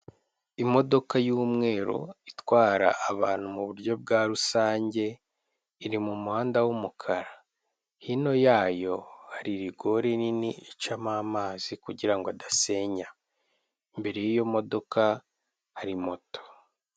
Imodoka y'umweru itwara abantu mu buryo bwa rusange iri mu muhanda w'umukara hino yayo hari rigori nini icamo amazi kugirango adasenya, imbere y'iyo modoka hari moto.